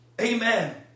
Amen